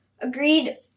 agreed